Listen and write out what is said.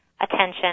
attention